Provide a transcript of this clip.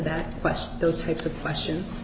that question those types of questions